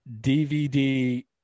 DVD